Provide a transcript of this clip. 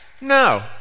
No